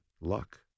luck